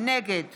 נגד